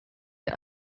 the